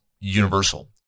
universal